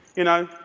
you know,